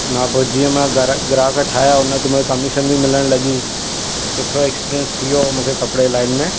हुन खां पोइ जीअं मां गर ग्राहक ठाहियां हुन ते मूंखे कमिशन बि मिलण लॻी त सुठो एक्सपीरियंस थी वियो मूंखे कपिड़े लाइन में